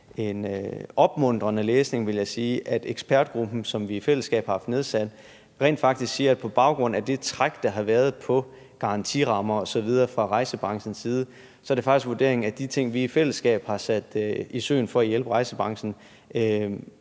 en opmuntrende læsning, vil jeg sige, at ekspertgruppen, som vi i fællesskab har haft nedsat, rent faktisk siger, at på baggrund af det træk, der har været på garantirammer osv. fra rejsebranchens side, er det faktisk vurderingen, at de ting, vi i fællesskab har sat i søen for at hjælpe rejsebranchen